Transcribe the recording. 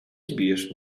zbijesz